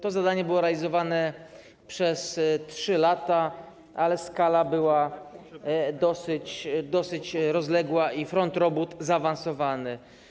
To zadanie było realizowane przez 3 lata, ale skala była dosyć rozległa i front robót zaawansowany.